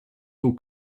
will